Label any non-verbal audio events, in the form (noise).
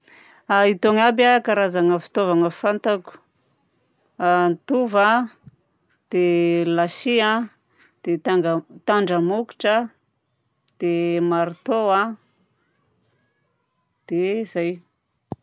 A (hesitation) itony aby a karazagna fitaovagna fantako: antova, dia lasi a, dia tandramokotra a, dia marteau a. Dia zay!